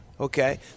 Okay